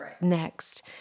next